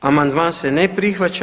Amandman se ne prihvaća.